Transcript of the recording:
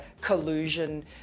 collusion